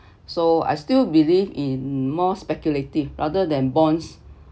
so I still believe in more speculative rather than bonds